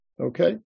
Okay